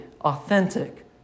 authentic